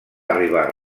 arribar